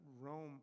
Rome